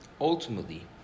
Ultimately